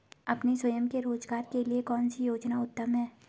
अपने स्वयं के रोज़गार के लिए कौनसी योजना उत्तम है?